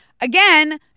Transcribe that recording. Again